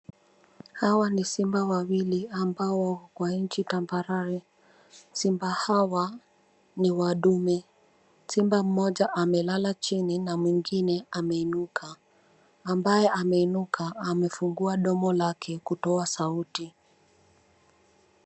Hawa ni simba wawili ambao wako Kwa nchi tambarare. Simba hawa ni wa dume. Simba mmoja amelala chini na mwingine ameinuka. Ambaye ameinuka amefungua domo lake kutoa sauti.